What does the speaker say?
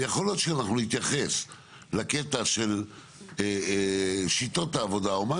ויכול להיות שאנחנו נתייחס לקטע של שיטות העבודה או מה,